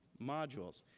modules.